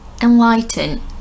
enlighten